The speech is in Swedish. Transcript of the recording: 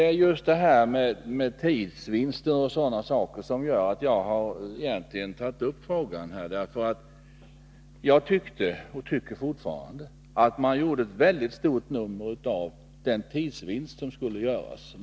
Herr talman! Det är just sådant som tidsvinster som har gjort att jag tagit upp den här frågan. Jag tyckte — och tycker fortfarande — att man gjorde ett mycket stort nummer av den tidsvinst som skulle göras.